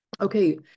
Okay